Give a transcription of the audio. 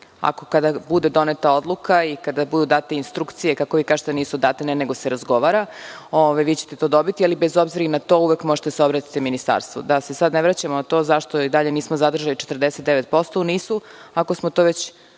kada bude doneta odluka i kada budu date instrukcije, kako vi kažete nisu date, ne, nego se razgovara, vi ćete to dobiti, ali bez obzira i na to, uvek možete da se obratite Ministarstvu. Da se sad ne vraćamo na to zašto i dalje nismo zadržali 49% u NIS, ako smo to već